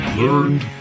learned